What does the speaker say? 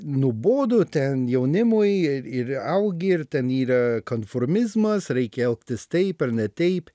nuobodu ten jaunimui ir ir augi ir ten yra konformizmas reikia elgtis taip ar ne taip